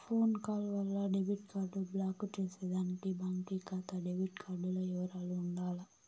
phone call వల్ల debit card block చేసేదానికి బాంకీ కాతా డెబిట్ కార్డుల ఇవరాలు ఉండాల